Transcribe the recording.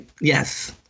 yes